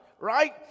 right